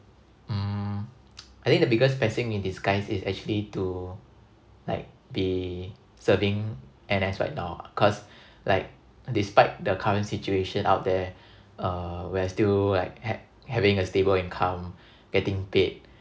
mm I think the biggest blessing in disguise is actually to like be serving N_S right now ah cause like despite the current situation out there uh we're still like ha~ having a stable income getting paid